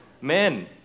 men